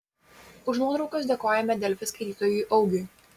už nuotraukas dėkojame delfi skaitytojui augiui